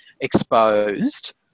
exposed